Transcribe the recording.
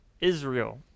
Israel